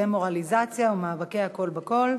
דמורליזציה ומאבקי הכול בכול,